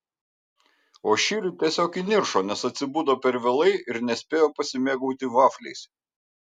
o šįryt tiesiog įniršo nes atsibudo per vėlai ir nespėjo pasimėgauti vafliais